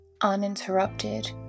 uninterrupted